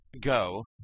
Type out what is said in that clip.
go